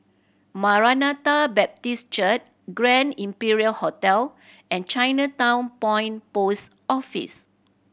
Maranatha Baptist Church Grand Imperial Hotel and Chinatown Point Post Office